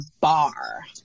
bar